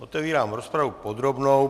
Otevírám rozpravu podrobnou.